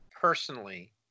personally